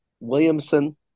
Williamson